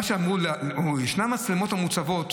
אמרו: יש מצלמות מוצבות.